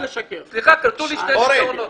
כרתו לי שתי אונות.